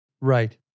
Right